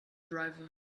driver